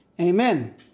Amen